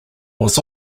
was